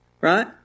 Right